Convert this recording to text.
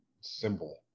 symbol